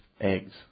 eggs